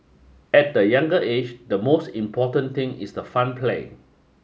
at the younger age the most important thing is the fun play